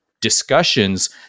discussions